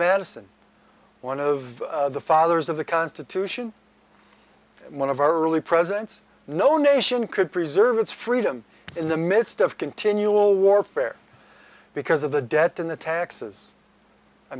madison one of the fathers of the constitution and one of our early presidents no nation could preserve its freedom in the midst of continual warfare because of the debt and the taxes i